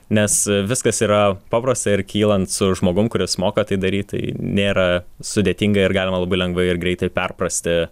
nes viskas yra paprasta ir kylant su žmogum kuris moka tai daryt tai nėra sudėtinga ir galima labai lengvai ir greitai perprasti